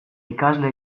ikasle